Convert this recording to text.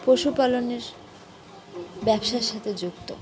পশুপালনের ব্যবসার সাথে যুক্ত